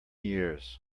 years